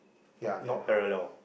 ya then how